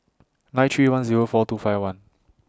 nine three one Zero four two five one